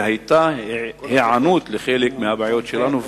והיתה היענות לחלק מהבעיות שלנו,